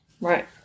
Right